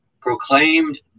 proclaimed